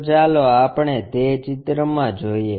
તો ચાલો આપણે તે ચિત્રમાં જોઈએ